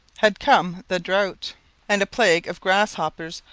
had come the drought and a plague of grasshoppers,